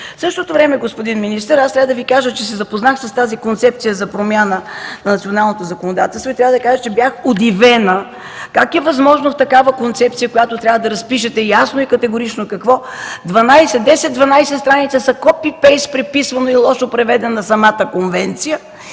от 2009 г. Господин министър, аз се запознах с тази концепция за промяна на националното законодателство и трябва да кажа, че бях удивена как е възможно в такава концепция, в която трябва да разпишете ясно и категорично какво ще правите – 12 страници са копи-пейст преписана и лошо преведена самата конвенция